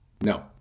No